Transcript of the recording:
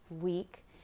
week